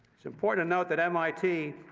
it's important to note that mit